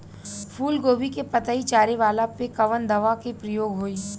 फूलगोभी के पतई चारे वाला पे कवन दवा के प्रयोग होई?